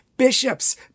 bishops